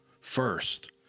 first